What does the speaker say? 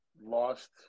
lost